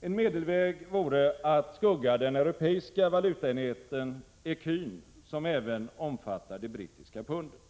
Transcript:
En medelväg vore att skugga den europeiska valutaenheten ecun, som även omfattar det brittiska pundet.